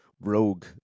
rogue